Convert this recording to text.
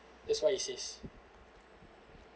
that's what he says